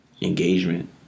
engagement